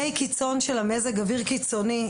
ימי קיצון של מזג אוויר קיצוני.